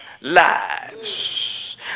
lives